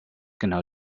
genau